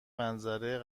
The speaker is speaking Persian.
منظره